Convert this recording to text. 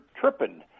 tripping